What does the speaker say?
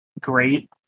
great